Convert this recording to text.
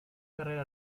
carrera